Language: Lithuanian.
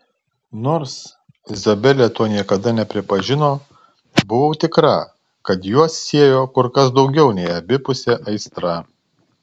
nors izabelė to niekada nepripažino buvau tikra kad juos siejo kur kas daugiau nei abipusė aistra